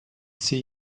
see